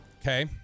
Okay